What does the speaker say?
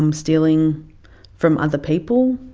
um stealing from other people.